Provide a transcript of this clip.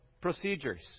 procedures